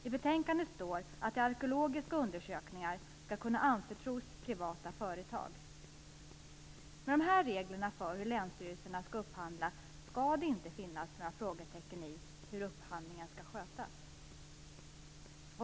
I betänkandet står att arkeologiska undersökningar skall kunna anförtros privata företag. Med dessa regler för länsstyrelsernas upphandling skall det inte finnas några frågetecken om hur upphandlingarna skall skötas.